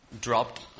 dropped